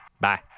bye